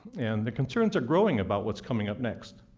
and the concerns are growing about what's coming up next.